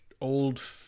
old